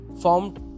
formed